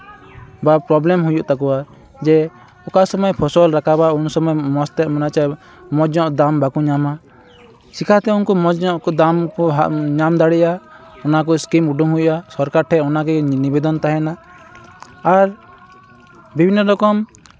ᱵᱟ ᱯᱨᱚᱵᱞᱮᱢ ᱦᱩᱭᱩᱜ ᱛᱟᱠᱚᱣᱟ ᱡᱮ ᱚᱠᱟ ᱥᱚᱢᱚᱭ ᱯᱷᱚᱥᱚᱞ ᱨᱟᱠᱟᱵᱟ ᱩᱱ ᱥᱚᱢᱚᱭ ᱢᱚᱡᱽ ᱛᱮ ᱢᱟᱱᱮ ᱪᱮᱫ ᱢᱚᱡᱽ ᱧᱚᱜ ᱫᱟᱢ ᱵᱟᱠᱚ ᱧᱟᱢᱼᱟ ᱪᱤᱠᱟᱹᱛᱮ ᱩᱱᱠᱩ ᱢᱚᱡᱽ ᱧᱚᱜ ᱠᱚ ᱫᱟᱢ ᱠᱚ ᱧᱟᱢ ᱫᱟᱲᱮᱭᱟᱜᱼᱟ ᱚᱱᱟ ᱠᱚ ᱥᱠᱤᱢ ᱩᱰᱩᱠ ᱦᱩᱭᱩᱜᱼᱟ ᱥᱚᱨᱠᱟᱨ ᱴᱷᱮᱱ ᱚᱱᱟᱜᱮ ᱤᱧᱟᱹ ᱱᱤᱵᱮᱫᱚᱱ ᱛᱟᱦᱮᱱᱟ ᱟᱨ ᱵᱤᱵᱷᱤᱱᱱᱚ ᱨᱚᱠᱚᱢ